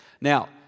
Now